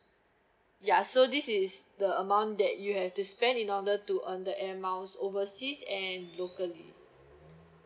ya so this is the amount that you have to spend in order to earn the air miles overseas and locally